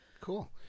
cool